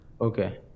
Okay